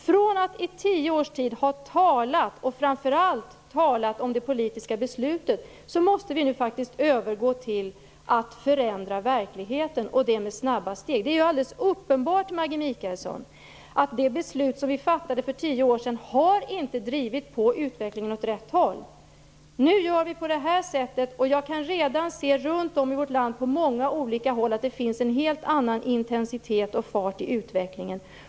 Från att under tio års tid ha talat framför allt om det politiska beslutet, måste vi nu faktiskt övergå till att förändra verkligheten, och det med snabba steg. Det är alldeles uppenbart, Maggi Mikaelsson, att det beslut som vi fattade för tio år sedan inte har drivit på utvecklingen åt rätt håll. Nu gör vi på detta sätt, och jag kan redan på många olika håll runt om i vårt land se att det finns en helt annan intensitet och fart i i utvecklingen.